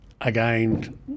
again